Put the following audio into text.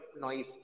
noise